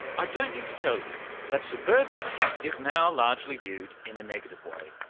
i don't need to tell you that suburbia is now largely viewed in a negative way.